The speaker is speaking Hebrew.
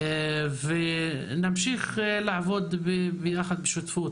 ונמשיך לעבוד יחד בשותפות.